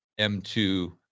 M2